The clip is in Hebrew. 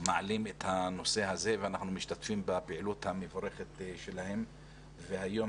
מעלים את הנושא הזה ואנחנו משתתפים בפעילות המבורכת שלהם והיום